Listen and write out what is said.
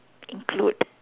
include